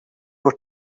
were